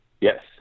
Yes